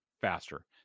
faster